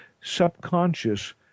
subconscious